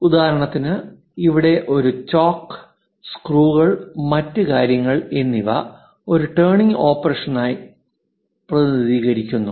ഉദാഹരണത്തിന് ഇവിടെ ഒരു ചോക്ക് സ്ക്രൂകൾ മറ്റ് കാര്യങ്ങൾ എന്നിവ ഒരു ടേണിംഗ് ഓപ്പറേഷനായി പ്രതിനിധീകരിക്കുന്നു